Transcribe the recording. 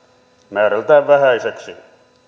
määrältään vähäiseksi